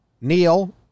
Neil